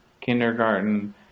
kindergarten